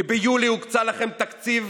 כי ביולי הוקצה לכם תקציב